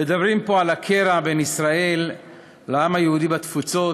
מדברים פה על הקרע בין ישראל לעם היהודי בתפוצות,